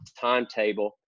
timetable